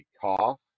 cough